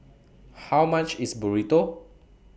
How much IS Burrito